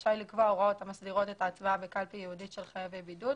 רשאי לקבוע הוראות המסדירות את ההצבעה בקלפי ייעודית של חייבי בידוד,